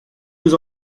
nous